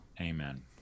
amen